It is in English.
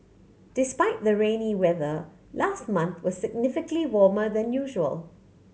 despite the rainy weather last month was significantly warmer than usual